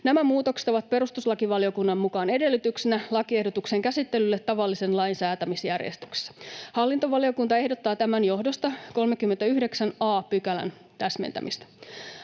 Nämä muutokset ovat perustuslakivaliokunnan mukaan edellytyksenä lakiehdotuksen käsittelylle tavallisen lain säätämisjärjestyksessä. Hallintovaliokunta ehdottaa tämän johdosta 39 a §:n täsmentämistä.